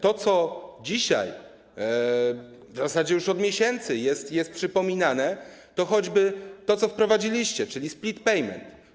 To, co dzisiaj, w zasadzie już od miesięcy, jest przypominane, to choćby to, co wprowadziliście, czyli split payment.